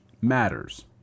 matters